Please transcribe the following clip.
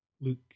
Luke